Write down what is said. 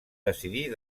decidir